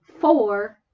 four